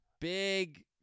Big